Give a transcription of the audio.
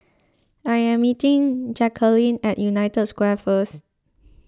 I am meeting Jacalyn at United Square first